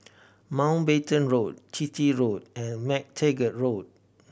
Mountbatten Road Chitty Road and MacTaggart Road